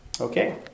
Okay